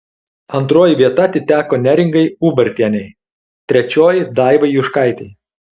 antroji vieta atiteko neringai ubartienei trečioji daivai juškaitei